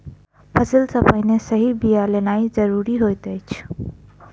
फसिल सॅ पहिने सही बिया लेनाइ ज़रूरी होइत अछि